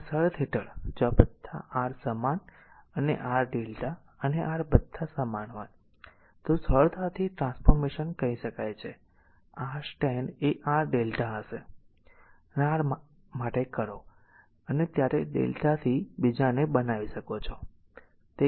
તેથી આ શરત હેઠળ જો બધા R સમાન અને R Δ અને R બધા R સમાન હોય તો સરળતાથી ટ્રાન્સફોર્મેશન કહી શકાય કે R સ્ટેન્ડ એ R lrmΔ હશે જ્યારે R માટે કરો ત્યારે Δ થી બીજાને બનાવી શકો છો